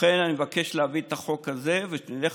לכן אני מבקש להביא את החוק הזה ונלך